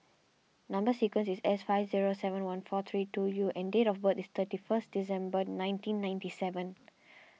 Number Sequence is S five zero seven one four three two U and date of birth is thirty first December nineteen ninety seven